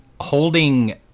holding